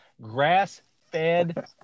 grass-fed